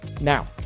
Now